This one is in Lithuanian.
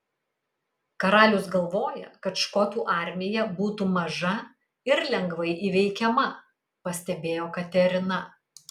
karalius galvoja kad škotų armija būtų maža ir lengvai įveikiama pastebėjo katerina